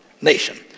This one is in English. nation